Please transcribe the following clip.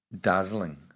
dazzling